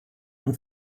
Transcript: und